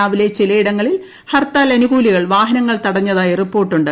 രാവിലെ ചിലയിടങ്ങളിൽ ഹർത്താലനുകൂലികൾ വാഹനങ്ങൾ തടഞ്ഞതായി റിപ്പോർട്ടുണ്ട്